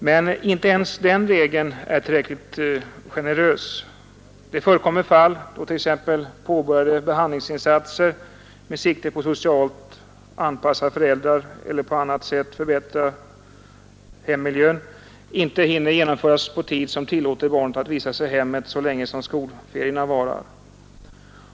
Men inte ens den regeln är tillräckligt generös. Det förekommer fall, då t.ex. påbörjade behandlingsinsatser med sikte på att socialt anpassa föräldrar eller på annat sätt förbättra hemmiljön inte hinner genomföras på tid som tillåter barnet att vistas i hemmet så länge som skolferier varar.